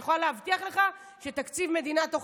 אני יכולה להבטיח לך שתקציב מדינה תוך